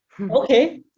Okay